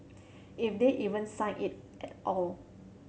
if they even sign it at all